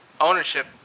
ownership